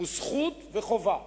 הוא זכות וחובה.